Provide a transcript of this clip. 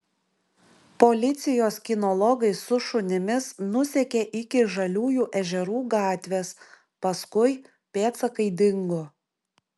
policijos kinologai su šunimis nusekė iki žaliųjų ežerų gatvės paskui pėdsakai dingo